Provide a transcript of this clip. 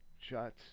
shots